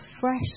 fresh